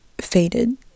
faded